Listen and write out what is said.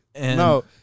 No